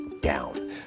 down